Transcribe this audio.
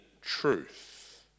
truth